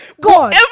God